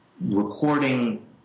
recording